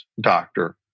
doctor